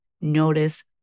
notice